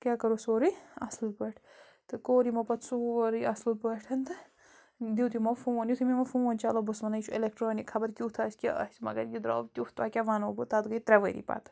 کیٛاہ کَرو سورٕے اَصٕل پٲٹھۍ تہٕ کوٚر یِمو پَتہٕ سورٕے اَصٕل پٲٹھۍ تہٕ دیُت یِمو فون یُتھٕے مےٚ وۄنۍ فون چلو بہٕ ٲسٕس وَنان یہِ چھُ اٮ۪لٮ۪کٹرٛانِک خبر کیُتھ آسہِ کیٛاہ آسہِ مگر یہِ درٛاو تیُتھ تۄہہِ کیٛاہ وَنو بہٕ تَتھ گٔے ترٛےٚ ؤری پَتہٕ